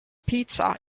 pizza